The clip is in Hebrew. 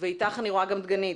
איתך אני רואה גם ד"ר דגנית